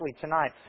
tonight